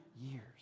years